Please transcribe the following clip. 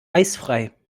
eisfrei